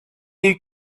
you